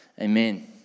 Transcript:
Amen